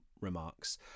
remarks